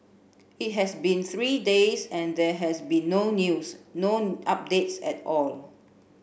it has been three days and there has been no news no updates at all